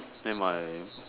then my